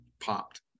popped